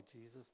Jesus